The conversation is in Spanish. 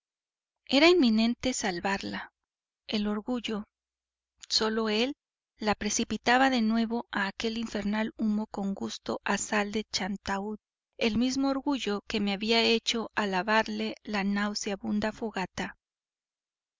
era inminente salvarla el orgullo sólo él la precipitaba de nuevo a aquel infernal humo con gusto a sal de chantaud el mismo orgullo que me había hecho alabarle la nausebunda fogata